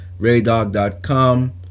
RayDog.com